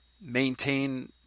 maintain